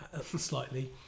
slightly